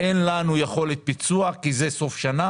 אין להם יכולת ביצוע כי אנחנו בסוף שנה